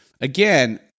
again